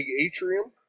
atrium